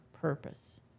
purpose